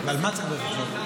על מה צריך לברך?